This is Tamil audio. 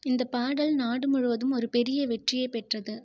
இந்த பாடல் நாடு முழுவதும் ஒரு பெரிய வெற்றியைப் பெற்றது